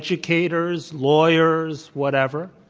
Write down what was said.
educators, lawyers, whatever.